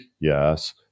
Yes